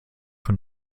von